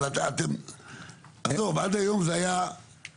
אבל עזוב עד היום זה היה בכותרת.